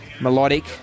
melodic